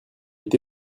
été